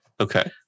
Okay